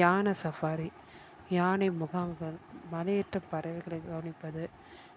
யானை சஃபாரி யானை முகாம்கள் மலையேற்ற பறவைகளை கவனிப்பது